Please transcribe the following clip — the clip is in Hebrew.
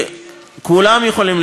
גם ראש הממשלה,